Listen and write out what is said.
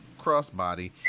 crossbody